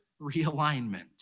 realignment